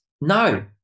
No